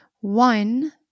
One